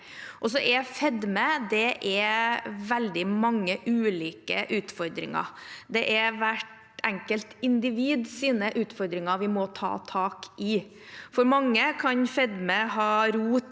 fedme veldig mange ulike utfordringer. Det er hvert enkelt individs utfordringer vi må ta tak i. For mange kan fedme ha rot